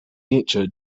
nature